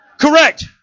Correct